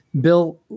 Bill